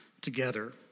together